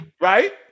right